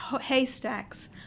haystacks